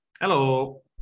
Hello